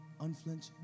unflinching